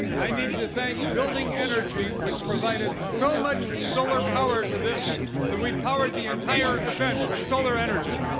i need to thank building energy which provided so much solar power to this that we powered the entire event with solar energy.